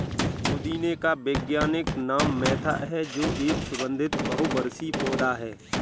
पुदीने का वैज्ञानिक नाम मेंथा है जो एक सुगन्धित बहुवर्षीय पौधा है